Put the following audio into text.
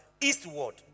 eastward